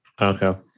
Okay